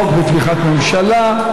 החוק בתמיכת ממשלה.